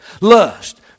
Lust